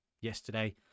yesterday